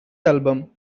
album